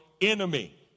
enemy